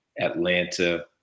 Atlanta